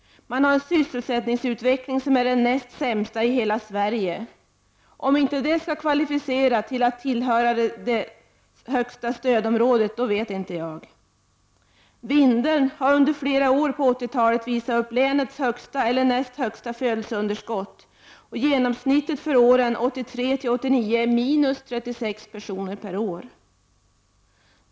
Man har en sysselsättningsutveckling som är den näst sämsta i hela Sverige. Om inte det skall kvalificera för att tillhöra stödområde 1 vet inte jag vad som skulle göra det! Vindeln har under flera år på 1980-talet visat upp länets högsta eller näst högsta födelseunderskott, och genomsnittet för åren 1983—1989 är minus 31 personer per år.